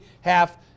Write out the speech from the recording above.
half